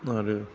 आरो